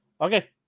Okay